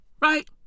Right